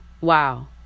Wow